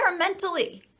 environmentally